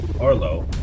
Arlo